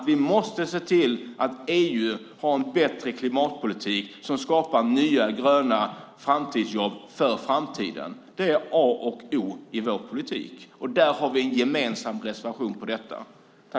Vi måste se till att EU har en bättre klimatpolitik som skapar nya gröna jobb för framtiden. Det är A och O i vår politik. Därför har vi en gemensam reservation om detta.